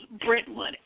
Brentwood